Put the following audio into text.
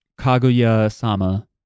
Kaguya-sama